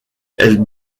elle